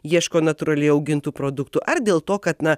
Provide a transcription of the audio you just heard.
ieško natūraliai augintų produktų ar dėl to kad na